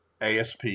ASP